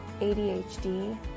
ADHD